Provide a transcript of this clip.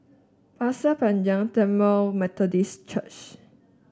Pasir Panjang Tamil Methodist Church